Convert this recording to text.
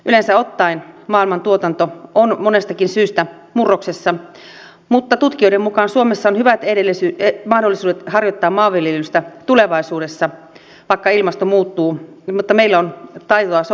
yleensä ottaen maailman tuotanto on monestakin syystä murroksessa mutta tutkijoiden mukaan suomessa on hyvät mahdollisuudet harjoittaa maanviljelystä tulevaisuudessa vaikka ilmasto muuttuu meillä on taitoa sopeutua siihen